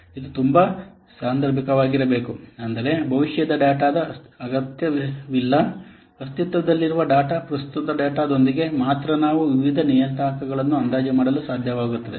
ಇದು ತುಂಬಾ ಸಾಂದರ್ಭಿಕವಾಗಿರಬೇಕು ಅಂದರೆ ಭವಿಷ್ಯದ ಡೇಟಾದ ಅಗತ್ಯವಿಲ್ಲಅಸ್ತಿತ್ವದಲ್ಲಿರುವ ಡೇಟಾ ಪ್ರಸ್ತುತ ಡೇಟಾದೊಂದಿಗೆ ಮಾತ್ರ ನಾವು ವಿವಿಧ ನಿಯತಾಂಕಗಳನ್ನು ಅಂದಾಜು ಮಾಡಲು ಸಾಧ್ಯವಾಗುತ್ತದೆ